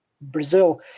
Brazil